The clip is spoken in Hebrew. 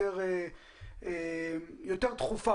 יותר דחופה.